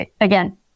again